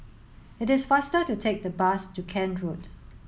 it is faster to take the bus to Kent Road